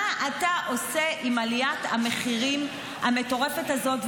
מה אתה עושה עם עליית המחירים המטורפת הזאת,